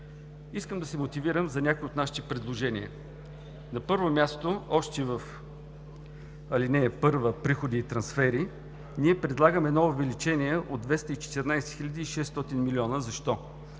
Искам да се мотивирам за някои от нашите предложения. На първо място, още в ал. 1 „Приходи и трансфери“ ние предлагаме едно увеличение от 214 млн. 600 хил. лв. Защо?